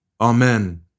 Amen